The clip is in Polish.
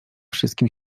wszystkim